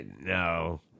No